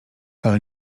ale